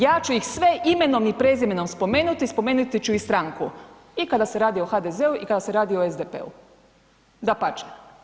Ja ću ih sve imenom i prezimenom spomenuti, spomenuti ću i stranku i kada se radi o HDZ-u i kada se radi o SDP-u, dapače.